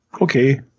Okay